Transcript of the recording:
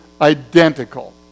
identical